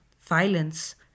violence